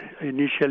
initially